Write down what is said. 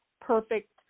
perfect